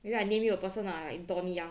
maybe I name you a person ah donnie yen